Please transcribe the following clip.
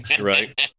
right